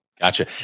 Gotcha